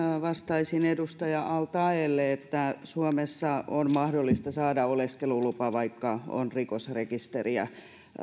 vastaisin edustaja al taeelle että suomessa on mahdollista saada oleskelulupa vaikka on rikosrekisteriä